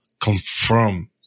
confirm